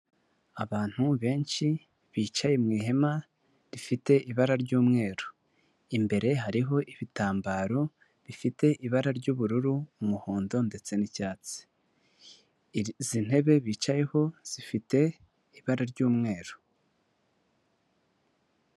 Abantu benshi bicaye mu ihema rifite ibara ry'umweru, imbere hariho ibitambaro bifite ibara ry'ubururu, umuhondo ndetse n'icyatsi. Izi ntebe bicayeho zifite ibara ry'umweru.